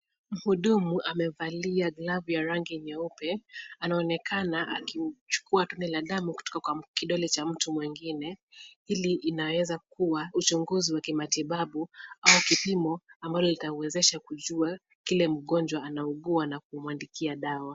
Mhudumu amevalia glavu ya rangi nyeupe, anaonekana akichukua tone la damu kutoka kidole cha mtu mwingine. Hili inaweza kuwa uchunguzi wa kimatibabu au kipimo ambalo litawezesha kujua kile mgonjwa anaugua na kumuandikia dawa.